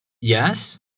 Yes